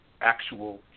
actual